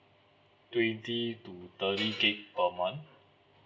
twenty to thirty gig per month